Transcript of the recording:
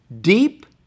deep